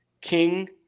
King